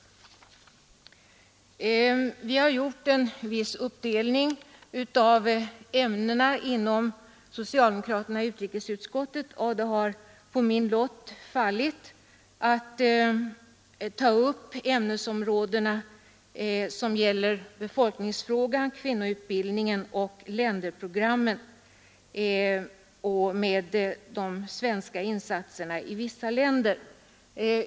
Vi har gjort en viss uppdelning av ämnena bland socialdemokraterna i utrikesutskottet, och det har på min lott fallit att ta upp befolkningsfrågan, kvinnoutbildningen, länderprogrammen och de svenska insatserna i vissa länder.